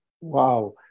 Wow